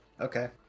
Okay